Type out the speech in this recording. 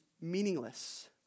meaningless